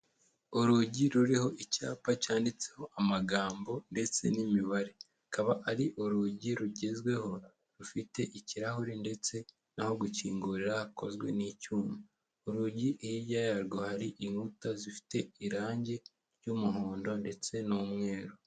Urugi ruriho icyapa cyanditseho amagambo ndetse n'imibare, akaba ari urugi rugezweho rufite ikirahuri ndetse n'aho gukingurira hakozwe n'icyuma, urugi hirya yarwo hari inkuta zifite irangi ry'umuhondo ndetse n'umweru.